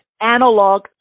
analog